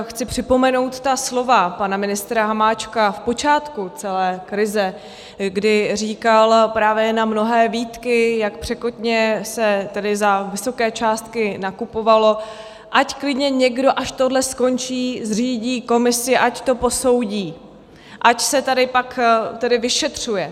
Chci připomenout slova pana ministra Hamáčka v počátku celé krize, kdy říkal právě na mnohé výtky, jak překotně se tedy za vysoké částky nakupovalo, ať klidně někdo, až tohle skončí, zřídí komisi, ať to posoudí, ať se tady pak vyšetřuje.